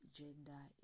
gender